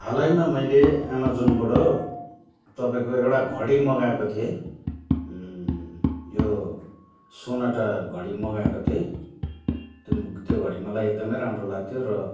हालैमा मैले एमाजोनबाट तपाईँको एउटा घडी मगाएको थिएँ यो सोनाटा घडी मगाएको थिएँ त्यो घडी मलाई एकदमै राम्रो लाग्थ्यो र